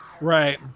Right